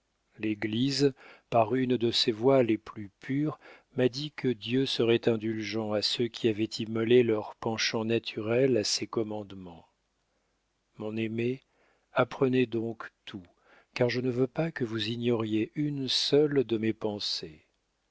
l'église par une de ses voix les plus pures m'a dit que dieu serait indulgent à ceux qui avaient immolé leurs penchants naturels à ses commandements mon aimé apprenez donc tout car je ne veux pas que vous ignoriez une seule de mes pensées